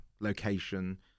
location